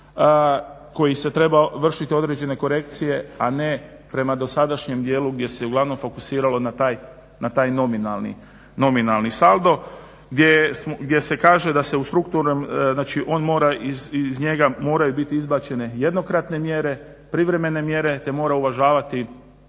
koji se treba vršiti određene korekcije, a ne prema dosadašnjem djelu gdje se uglavnom fokusiralo na taj nominalni saldo gdje se kaže da se u strukturnom, znači on mora, iz njega moraju biti izbačene jednokratne mjere, privremene mjere te mora uvažavati